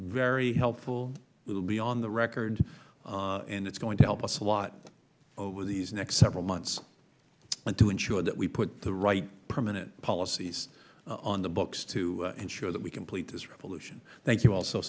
very helpful it will be on the record and it is going to help us a lot over these next several months to ensure that we put the right permanent policies on the books to ensure that we complete this revolution thank you al